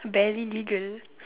barely legal